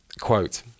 quote